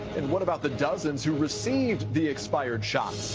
and what about the dozens, who received the expired shot?